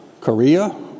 Korea